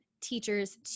teachers